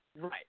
right